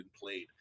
played